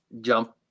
jump